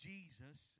Jesus